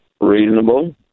reasonable